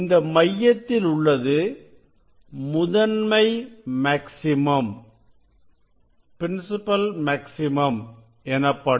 இந்த மையத்தில் உள்ளது முதன்மை மேக்ஸிமம் எனப்படும்